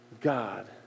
God